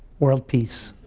world peace